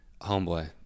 homeboy